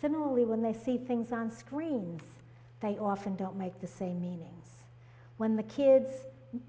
similarly when they see things on screen they often don't make the same meanings when the kids